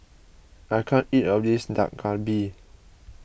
I can't eat all of this Dak Galbi